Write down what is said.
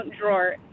drawer